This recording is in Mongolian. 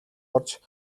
орж